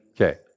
Okay